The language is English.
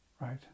Right